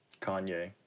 Kanye